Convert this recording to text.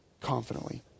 confidently